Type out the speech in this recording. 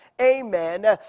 Amen